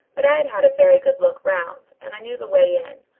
but i had had a very good look round and i knew the way in,